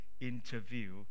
interview